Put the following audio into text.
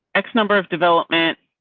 x number of development.